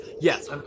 yes